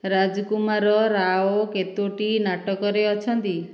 ରାଜକୁମାର ରାଓ କେତୋଟି ନାଟକରେ ଅଛନ୍ତି